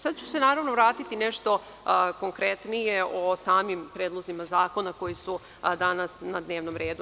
Sada ću se vratiti nešto konkretnije o samim predlozima zakona koji su danas na dnevnom redu.